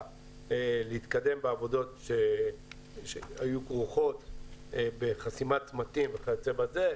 להתקדם בעבודות שהיו כרוכות בחסימת צמתים וכיוצא בזה.